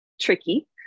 tricky